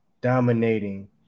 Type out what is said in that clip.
dominating